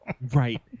Right